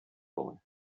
boy